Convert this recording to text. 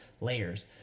layers